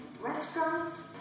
restaurants